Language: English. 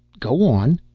go on.